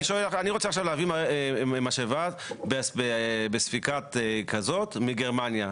נגיד שאני רוצה להביא משאבה בספיקה כזאת וכזאת מגרמניה.